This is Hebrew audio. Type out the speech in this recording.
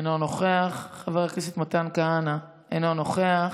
אינו נוכח, חבר הכנסת מתן כהנא, אינו נוכח,